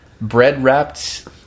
Bread-wrapped